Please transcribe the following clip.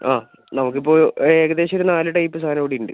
ആ നമുക്ക് ഇപ്പം ഏകദേശം ഒരു നാല് ടൈപ്പ് സാധനം ഇവിടെ ഉണ്ട്